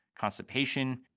constipation